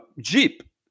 Jeep